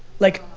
like,